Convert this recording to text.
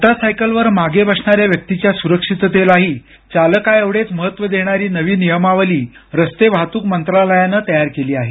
मोटारसायकलवर मागे बसणाऱ्या व्यक्तीच्या सुरक्षिततेलाही चालकाएवढेच महत्व देणारी नवी नियमावली रस्ते वाहतूक मंत्रालयानं तयार केली आहे